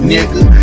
Nigga